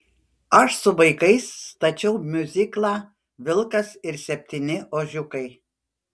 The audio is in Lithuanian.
aš su vaikais stačiau miuziklą vilkas ir septyni ožiukai